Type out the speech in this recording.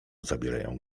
zabierają